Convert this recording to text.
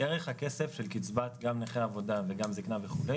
ערך הכסף של קצבת גם נכה עבודה וגם זקנה וכו',